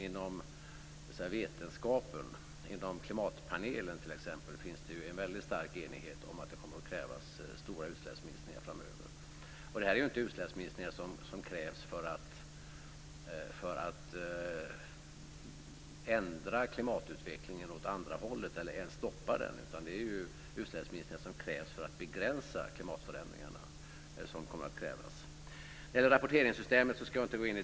Inom vetenskapen, klimatpanelen t.ex., finns det en väldigt stark enighet om att det kommer att krävas stora utsläppsminskningar framöver. Det är inte utsläppsminskningar som krävs för att ändra klimatutvecklingen åt andra hållet, eller ens stoppa den, utan det är utsläppsminskningar som krävs för att begränsa klimatförändringarna. Jag ska inte gå in i detalj på rapporteringssystemet.